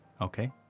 okay